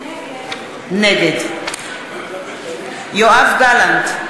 נגד יואב גלנט,